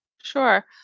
Sure